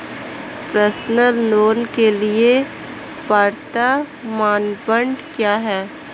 Personal loan के लिए पात्रता मानदंड क्या हैं?